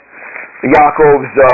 Yaakov's